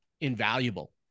invaluable